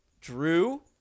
Drew